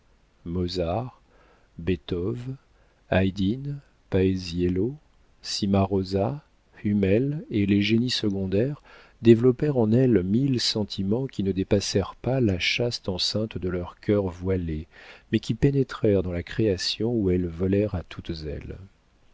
mozart beethoven haydn paësiello cimarosa hummel et les génies secondaires développèrent en elles mille sentiments qui ne dépassèrent pas la chaste enceinte de leurs cœurs voilés mais qui pénétrèrent dans la création où elles volèrent à toutes